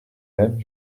aime